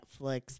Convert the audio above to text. Netflix